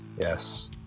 yes